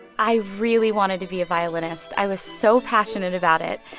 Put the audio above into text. i really wanted to be a violinist. i was so passionate about it.